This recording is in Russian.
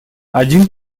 один